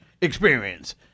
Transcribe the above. experience